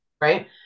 right